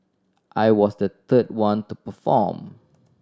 I was the third one to perform